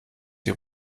sie